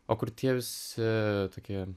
o kur tie visi tokie